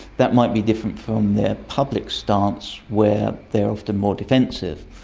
that might be different from their public stance where they're often more defensive.